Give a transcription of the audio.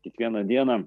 kiekvieną dieną